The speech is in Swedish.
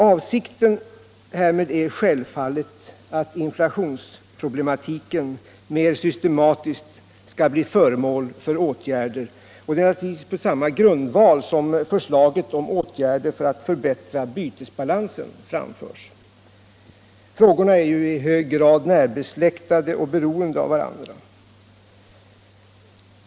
Avsikten härmed är självfallet att inflationsproblematiken mer systematiskt skall bli föremål för åtgärder. Det är naturligtvis på samma grundval som förslaget om åtgärder för att förbättra bytesbalansen framförs. Frågorna är ju i hög grad närbesläktade och beroende av varandra.